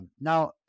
Now